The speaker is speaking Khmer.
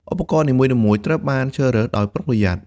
ឧបករណ៍នីមួយៗត្រូវបានជ្រើសរើសដោយប្រុងប្រយ័ត្ន។